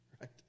right